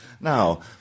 Now